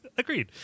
Agreed